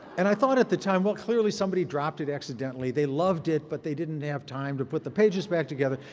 and i thought at the time, well clearly, somebody dropped it accidently. they loved it but they didn't have time to put the pages back together.